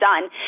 done